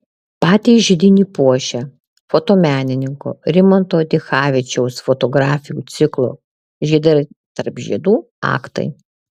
patį židinį puošia fotomenininko rimanto dichavičiaus fotografijų ciklo žiedai tarp žiedų aktai